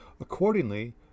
Accordingly